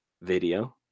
video